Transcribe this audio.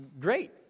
great